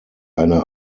eine